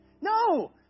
No